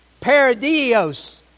Paradios